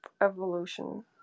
evolution